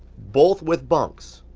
both with bunks,